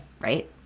right